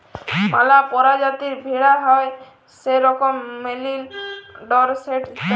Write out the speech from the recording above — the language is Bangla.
ম্যালা পরজাতির ভেড়া হ্যয় যেরকম মেরিল, ডরসেট ইত্যাদি